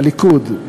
הליכוד,